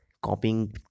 copying